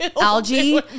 algae